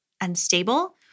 unstable